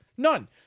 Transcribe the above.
None